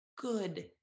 good